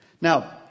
Now